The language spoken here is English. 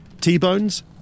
T-bones